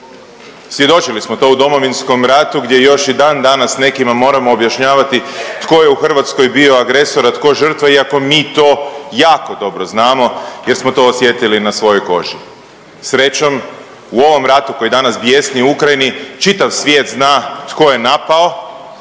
svjedočili smo to u Domovinskom ratu gdje još i dan danas nekima moramo objašnjavati tko je u Hrvatskoj bio agresor, a tko žrtva iako mi to jako dobro znamo jer smo to osjetili na svojoj koži. Srećom, u ovom ratu koji danas bjesni u Ukrajini čitav svijet zna tko je napao,